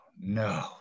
no